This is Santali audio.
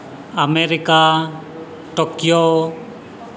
America Tokyo